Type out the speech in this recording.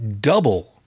double